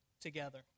together